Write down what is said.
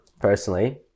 personally